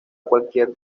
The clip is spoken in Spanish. cualquier